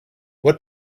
what